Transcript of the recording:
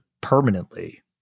permanently